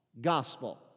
gospel